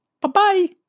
Bye-bye